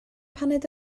paned